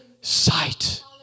sight